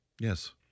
Yes